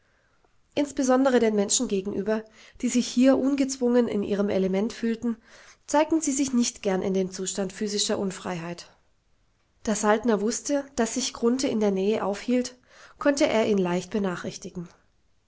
insbesondere den menschen gegenüber die sich hier ungezwungen in ihrem element fühlten zeigten sie sich nicht gern in dem zustand physischer unfreiheit da saltner wußte daß sich grunthe in der nähe aufhielt konnte er ihn leicht benachrichtigen